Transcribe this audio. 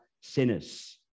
sinners